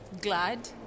glad